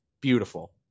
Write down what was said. Beautiful